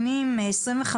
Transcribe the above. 25